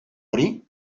hori